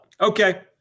okay